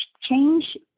change